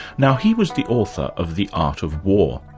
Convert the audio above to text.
now he was the author of the art of war,